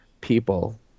people